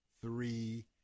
three